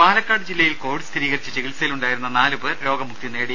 രുമ പാലക്കാട് ജില്ലയിൽ കോവിഡ് സ്ഥിരീകരിച്ച് ചികിത്സയിൽ ഉണ്ടായിരുന്ന നേടി